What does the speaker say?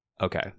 okay